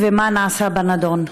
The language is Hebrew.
מה נעשה בנדון?